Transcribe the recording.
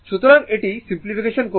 সুতরাং এটি সিমপ্লিফাই করুন